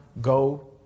go